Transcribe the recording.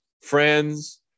friends